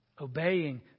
Obeying